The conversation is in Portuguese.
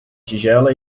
tigela